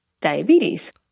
diabetes